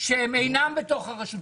שהם אינם בתוך הרשות,